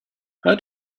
how